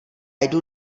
jdu